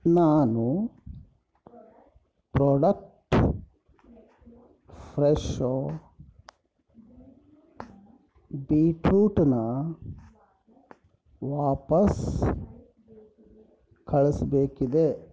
ನಾನು product Fresho ಬಿಟ್ರೂಟನ್ನ ವಾಪಸ್ ಕಳಿಸ್ಬೇಕಿದೆ